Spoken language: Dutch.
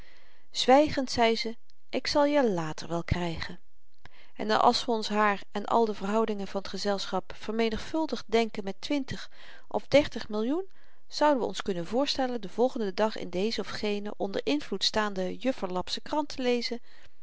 zwygend zei ze k zal je later wel krygen en als we ons haar en al de verhoudingen van t gezelschap vermenigvuldigd denken met twintig of dertig millioen zouden we ons kunnen voorstellen den volgenden dag in deze of gene onder invloed staande juffrelapsche krant te lezen